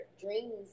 dreams